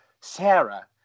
sarah